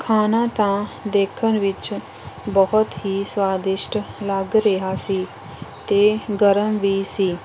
ਖਾਣਾ ਤਾਂ ਦੇਖਣ ਵਿੱਚ ਬਹੁਤ ਹੀ ਸੁਆਦਿਸ਼ਟ ਲੱਗ ਰਿਹਾ ਸੀ ਅਤੇ ਗਰਮ ਵੀ ਸੀ